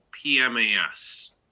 PMAS